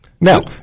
Now